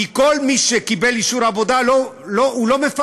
כי כל מי שקיבל אישור עבודה הוא לא מפגע,